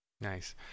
nice